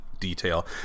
detail